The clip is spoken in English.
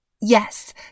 Yes